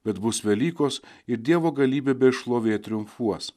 bet bus velykos ir dievo galybė bei šlovė triumfuos